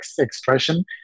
expression